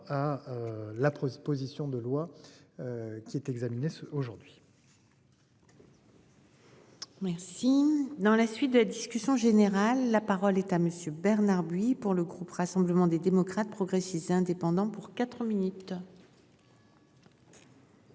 à. La proposition de loi. Qui est examiné aujourd'hui. Merci. Dans la suite de disques. Plus en général. La parole est à monsieur Bernard buis pour le groupe Rassemblement des démocrates, progressistes et indépendants pour 4 minutes.